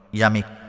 Yamik